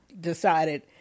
decided